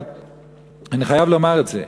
אבל אני חייב לומר את זה.